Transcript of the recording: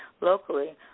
locally